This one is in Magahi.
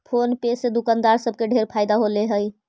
फोन पे से दुकानदार सब के ढेर फएदा होलई हे